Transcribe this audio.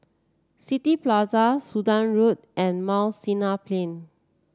City Plaza Sudan Road and Mount Sinai Plain